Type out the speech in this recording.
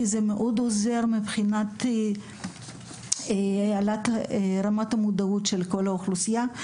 זה מאוד עוזר מבחינת העלאת רמת המודעות של כל האוכלוסייה.